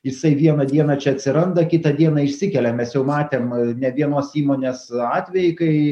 jisai vieną dieną čia atsiranda kitą dieną išsikelia mes jau matėm ne vienos įmonės atvejį kai